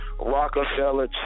Rockefeller